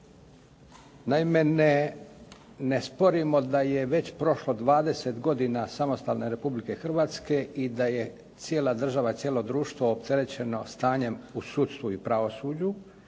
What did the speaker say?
Naime, ne sporimo da je već prošlo 20 godina samostalne Republike Hrvatske i da je cijela država, cijelo društvo opterećeno stanjem u sudstvu i pravosuđu